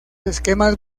esquemas